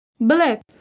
Black